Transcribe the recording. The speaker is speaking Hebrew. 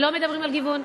לא מדברים על גיוון,